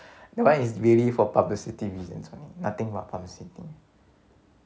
that one is really for publicity reasons only nothing but publicity